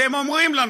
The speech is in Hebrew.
והם אומרים לנו: